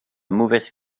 mauvaise